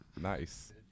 Nice